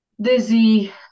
dizzy